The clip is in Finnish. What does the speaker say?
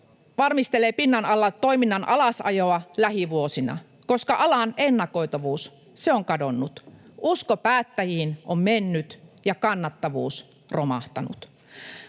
valmistelee pinnan alla toiminnan alasajoa lähivuosina, koska alan ennakoitavuus on kadonnut, usko päättäjiin mennyt ja kannattavuus romahtanut.